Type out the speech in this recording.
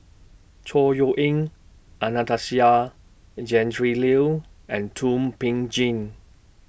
Chor Yeok Eng Anastasia Tjendri Liew and Thum Ping Tjin